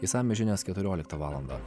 išsamios žinios keturioliktą valandą